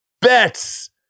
bets